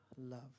love